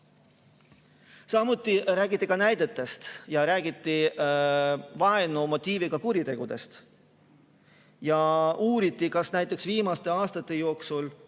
Samuti räägiti näidetest ja vaenumotiiviga kuritegudest. Uuriti, kas näiteks viimaste aastate jooksul